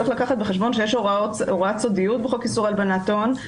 צריך לקחת בחשבון שיש הוראת סודיות בחוק איסור הלבנת הון.